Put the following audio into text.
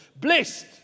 Blessed